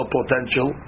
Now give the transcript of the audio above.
potential